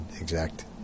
exact